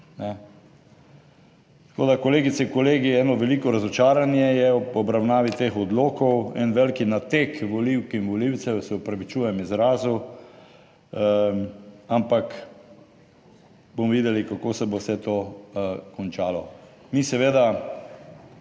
Tako da, kolegice, kolegi, eno veliko razočaranje je ob obravnavi teh odlokov, en velik nateg volivk in volivcev, se opravičujem izrazu, ampak bomo videli, kako se bo vse to končalo. Mi seveda